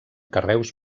carreus